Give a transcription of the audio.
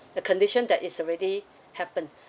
the condition that is already happened